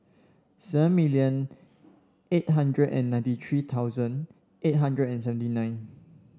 seven million eight hundred and ninety three thousand eight hundred and seventy nine